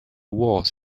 wars